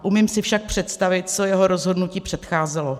Umím si však představit, co jeho rozhodnutí předcházelo.